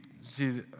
see